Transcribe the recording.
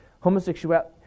homosexuality